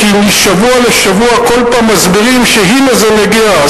כי משבוע לשבוע כל פעם מסבירים שהנה זה מגיע,